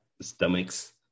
stomachs